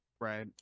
Right